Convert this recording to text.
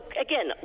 again